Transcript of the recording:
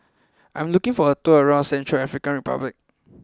I am looking for a tour around Central African Republic